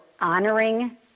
honoring